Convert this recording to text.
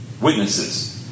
Witnesses